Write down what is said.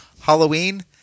Halloween